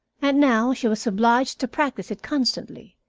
and now she was obliged to practice it constantly.